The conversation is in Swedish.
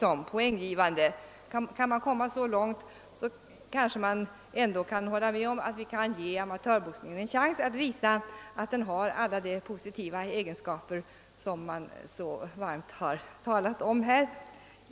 Om man kan komma så långt, kanske man ändå kunde vara med om att ge amatörboxningen en chans att visa att den i sig har alla de positiva egenskaper som dess förespråkare talat så varmt om här.